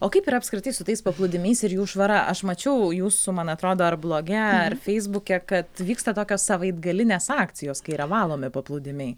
o kaip yra apskritai su tais paplūdimiais ir jų švara aš mačiau jūsų man atrodo ar bloge ar feisbuke kad vyksta tokios savaitgalinės akcijos kai yra valomi paplūdimiai